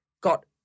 Got